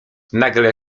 nagle